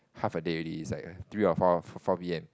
half a day already it's like three or four four p_m